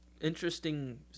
interesting